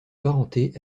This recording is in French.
parenté